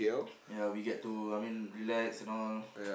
ya we get to I mean relax and all